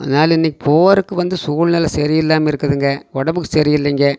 அதனால் இன்றைக்கி போகிறக்கு வந்து சூழ்நிலை சரியில்லாமல் இருக்குதுங்க உடம்புக்கு சரியில்லைங்க